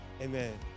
amen